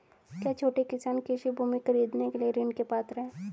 क्या छोटे किसान कृषि भूमि खरीदने के लिए ऋण के पात्र हैं?